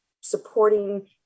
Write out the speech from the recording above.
supporting